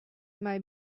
made